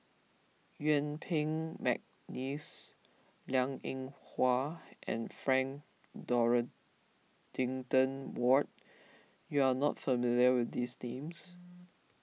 Yuen Peng McNeice Liang Eng Hwa and Frank Dorrington Ward you are not familiar with these names